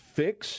fix